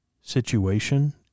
situation